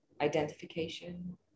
identification